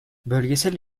bölgesel